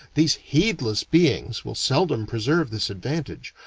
these heedless beings will seldom preserve this advantage,